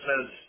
says